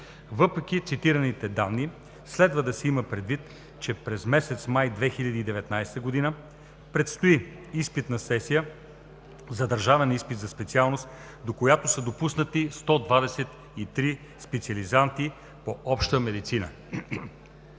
Въпреки цитираните данни следва да се има предвид, че през месец май 2019 г. предстои изпитна сесия за държавен изпит за специалност, до която са допуснати 123-ма специализанти по „Обща медицина“.